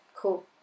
Cool